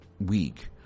week